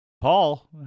Paul